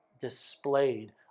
displayed